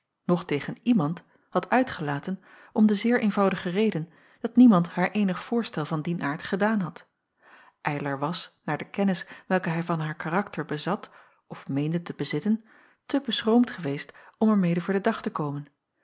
noch tegen iemand had uitgelaten om de zeer eenvoudige reden dat niemand haar eenig voorstel van dien aard gedaan had eylar was naar de kennis welke hij van haar karakter bezat of meende te bezitten te beschroomd geweest om er mede voor den dag te komen